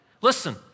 Listen